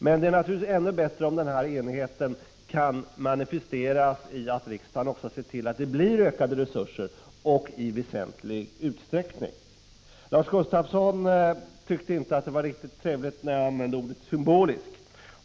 Men det vore naturligtvis ännu bättre om den enigheten kunde manifesteras i att riksdagen ser till att det blir ökade resurser, och då i väsentlig utsträckning. Lars Gustafsson tyckte inte att det var riktigt trevligt när jag använde ordet symbolisk.